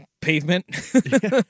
pavement